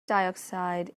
dioxide